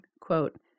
quote